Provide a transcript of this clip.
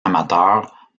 amateur